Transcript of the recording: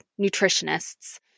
nutritionists